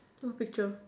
what picture